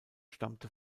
stammte